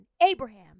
Abraham